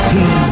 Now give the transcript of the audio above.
Team